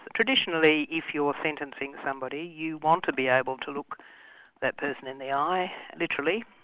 traditionally, if you're sentencing somebody, you want to be able to look that person in the eye literally,